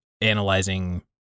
analyzing